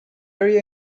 area